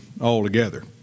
altogether